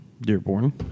Dearborn